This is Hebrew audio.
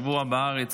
שבוע בארץ,